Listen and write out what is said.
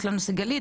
יש לנו את סיגלית,